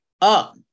up